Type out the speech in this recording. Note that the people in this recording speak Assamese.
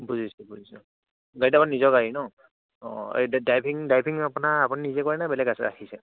বুজিছোঁ বুজিছোঁ বাইদ' নিজৰ গাড়ী ন অ' ডাইভিং ডাইভিং আপোনাৰ আপুনি নিজে কৰে নে বেলেগ আছ ৰাখিছে